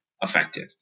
effective